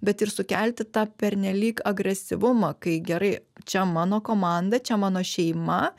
bet ir sukelti tą pernelyg agresyvumą kai gerai čia mano komanda čia mano šeima